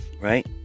right